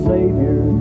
Savior